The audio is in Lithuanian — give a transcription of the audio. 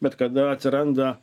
bet kada atsiranda